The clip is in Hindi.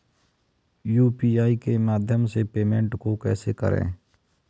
यू.पी.आई के माध्यम से पेमेंट को कैसे करें?